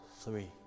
three